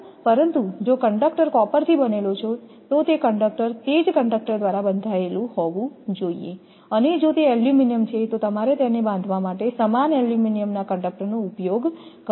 પરંતુ જો કંડક્ટર કોપરથી બનેલો છે તો તે કંડક્ટર તે જ કંડક્ટર દ્વારા બંધાયેલું હોવું જોઈએ અને જો તે એલ્યુમિનિયમ છે તો તમારે તેને બાંધવા માટે સમાન એલ્યુમિનિયમના કંડક્ટર નો ઉપયોગ કરવો જોઈએ બરાબર